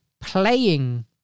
playing